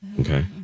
Okay